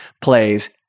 plays